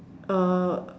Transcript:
uh